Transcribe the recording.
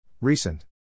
Recent